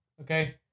Okay